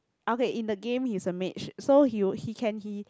okay in the game he's a mage so he will he can he